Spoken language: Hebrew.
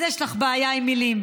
אז יש לך בעיה עם מילים.